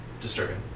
disturbing